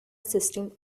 system